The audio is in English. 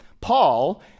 Paul